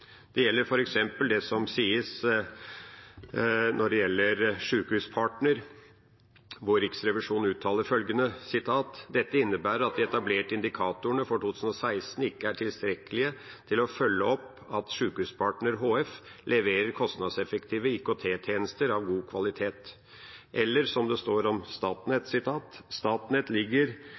Det gjelder f.eks. det som sies når det gjelder Sykehuspartner, hvor Riksrevisjonen uttaler følgende: «Dette innebærer at de etablerte indikatorene for 2016 ikke er tilstrekkelige til å følge opp at Sykehuspartner HF leverer kostnadseffektive IKT-tjenester av god kvalitet.» Eller som det står om Statnett: